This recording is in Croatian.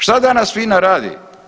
Što danas FINA radi?